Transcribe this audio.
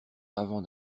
avant